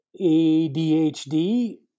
adhd